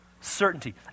certainty